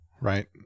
right